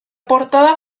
portada